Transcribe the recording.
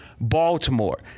Baltimore